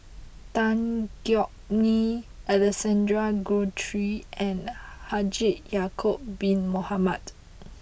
Tan Yeok Nee Alexander Guthrie and Haji Ya'Acob bin Mohamed